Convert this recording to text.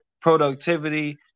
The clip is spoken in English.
productivity